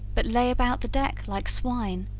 but lay about the deck like swine,